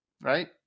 right